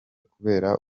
kubera